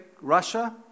Russia